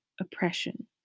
oppression